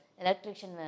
Electrician